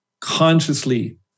consciously